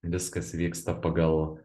viskas vyksta pagal